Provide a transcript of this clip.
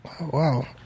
Wow